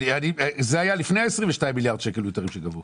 זה היה לפני 22 מיליארד שקל יותר שגבו.